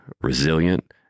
resilient